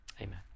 Amen